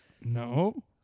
No